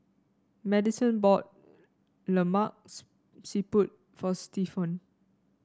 Madyson bought Lemak Siput for Stephon